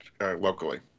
locally